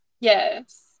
Yes